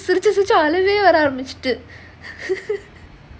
சிரிச்சி சிரிச்சி அழுகையே வர மாதிரி ஆகிடுச்சு:sirichi sirichi alugayae vara maadhiri aagiduchu